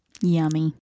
Yummy